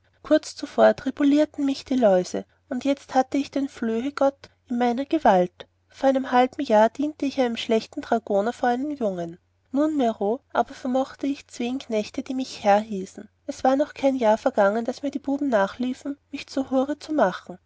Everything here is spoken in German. kurz zuvor tribulierten mich die läuse und jetzt hatte ich den flöhegott in meiner gewalt vor einem halben jahr dienete ich einem schlechten dragoner vor einen jungen nunmehro aber vermochte ich zween knechte die mich herr hießen es war noch kein jahr vergangen daß mir die buben nachliefen mich zur hure zu machen